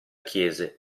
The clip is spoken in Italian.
chiese